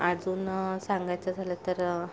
अजून सांगायचं झालं तर